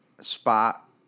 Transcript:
Spot